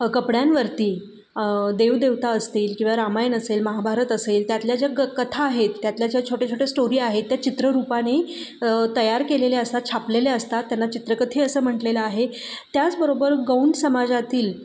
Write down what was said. कपड्यांवरती देवदेवता असतील किंवा रामायण असेल महाभारत असेल त्यातल्या ज्या ग कथा आहेत त्यातल्या ज्या छोट्या छोट्या स्टोरी आहेत त्या चित्ररूपाने तयार केलेले असतात छापलेले असतात त्यांना चित्रकथी असं म्हटलेलं आहे त्याचबरोबर गौंड समाजातील